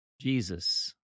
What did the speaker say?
Jesus